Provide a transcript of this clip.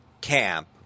camp